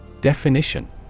Definition